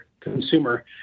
consumer